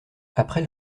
après